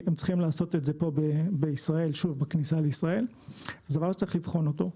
זה דבר שצריך לבחון אותו.